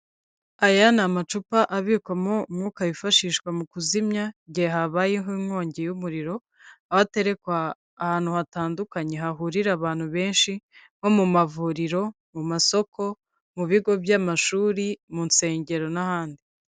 Aya ni amacupa abikwamo umwuka wifashishwa mu kuzimya, igihe habayeho inkongi y'umuriro, aho aterekwa ahantu hatandukanye hahurira abantu benshi, nko mu mavuriro, mu masoko, mu bigo by'amashuri, mu nsengero n'ahandi.